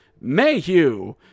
Mayhew